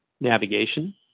navigation